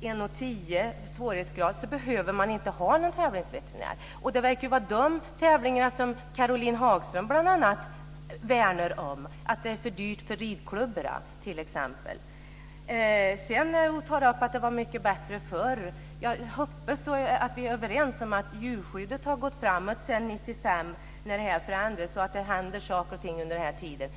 1,10 meter behöver man inte ha någon tävlingsveterinär. Det verkar vara bl.a. de tävlingarna som Caroline Hagström värnar om. Det är för dyrt för ridklubbarna. Sedan tar hon upp att det var mycket bättre förr. Jag hoppas att vi är överens om att djurskyddet har gått framåt sedan 1995, när det här förändrades, och att det har hänt saker under den här tiden.